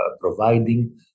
providing